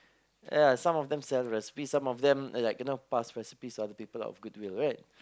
ya some of them sell recipes some of them like you know pass recipes to other people out of goodwill right